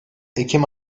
ekim